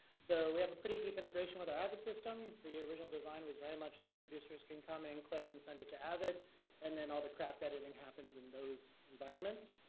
so we have a pretty deep integration with our ibid system. the original design was very much that producers can come in clip and send it to avid and then all the craft editing happens in those environments.